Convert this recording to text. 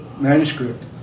manuscript